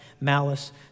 malice